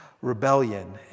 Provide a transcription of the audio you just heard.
rebellion